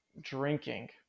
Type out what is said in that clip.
drinking